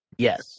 Yes